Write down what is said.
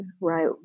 right